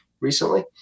recently